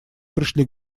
пришли